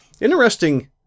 Interesting